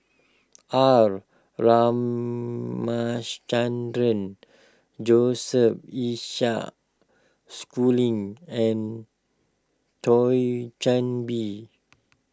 R Ramaschandran Joseph Isaac Schooling and Thio Chan Bee